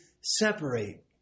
separate